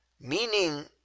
Meaning